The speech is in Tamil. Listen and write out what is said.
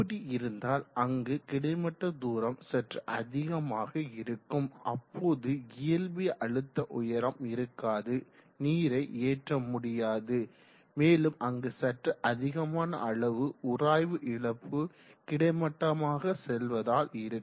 அப்படி இருந்தால் அங்கு கிடைமட்ட தூரம் சற்று அதிகமாக இருக்கும் அப்போது இயல்பிய அழுத்த உயரம் இருக்காது நீரை ஏற்ற முடியாது மேலும் அங்கு சற்று அதிகமான அளவு உராய்வு இழப்பு கிடைமட்டமாக செல்வதால் இருக்கும்